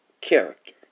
character